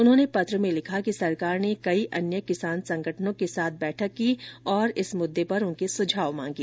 उन्होंने पत्र में लिखा कि सरकार ने कई अन्य किसान संगठनों के साथ बैठक की और इस मुददे पर उनके सुझाव मांगे